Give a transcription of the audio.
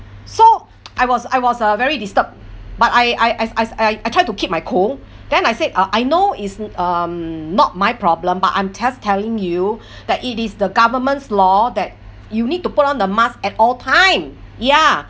so I was I was uh very disturbed but I I I I I I try to keep my cool then I said uh I know it's um not my problem but I'm tel~ telling you that it is the government's law that you need to put on the mask at all time ya